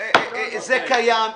זה קיים.